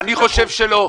מיקי, אני חושב שלא,